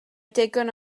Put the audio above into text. digon